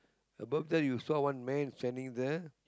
above that you saw one man standing there